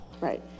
right